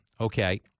Okay